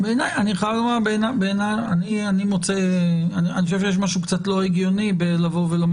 אני חייב לומר שבעיניי יש משהו קצת לא הגיוני בלומר